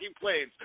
planes